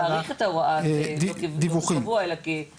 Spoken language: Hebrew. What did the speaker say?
אבל אז תאריך את ההוראה הזאת לא כקבועה אלא כזמנית.